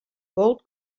gold